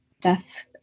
death